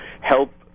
help